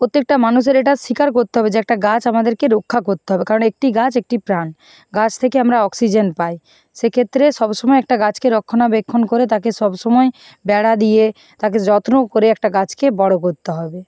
প্রত্যেকটা মানুষের এটা স্বীকার করতে হবে যে একটা গাছ আমাদেরকে রক্ষা করতে হবে কারণ একটি গাছ একটি প্রাণ গাছ থেকে আমরা অক্সিজেন পাই সেক্ষেত্রে সবসময় একটা গাছকে রক্ষণাবেক্ষণ করে তাকে সবসময় বেড়া দিয়ে তাকে যত্ন করে একটা গাছকে বড় করতে হবে